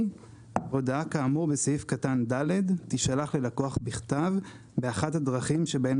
הודעה כאמור בסעיף קטן בסעיף קטן (ד) תישלח ללקוח בכתב באחת הדרכים שבהן